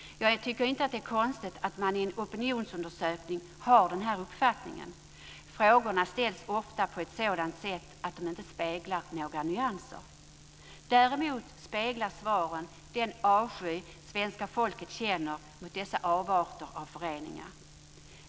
Jag tycker inte att det är konstigt att man i en opinionsundersökning har den här uppfattningen. Frågorna ställs ofta på ett sådant sätt att de inte speglar några nyanser. Däremot speglar svaren den avsky svenska folket känner mot dessa avarter av föreningar.